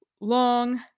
long